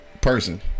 person